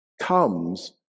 comes